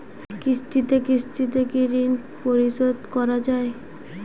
কিস্তিতে কিস্তিতে কি ঋণ পরিশোধ করা য়ায়?